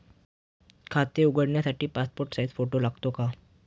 खाते उघडण्यासाठी passport size photo लागतो का?